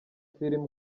film